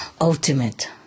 ultimate